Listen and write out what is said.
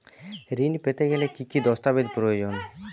ঋণ পেতে গেলে কি কি দস্তাবেজ প্রয়োজন?